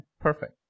perfect